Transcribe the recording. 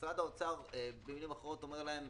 משרד האוצר במילים אחרות אומר להם,